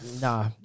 Nah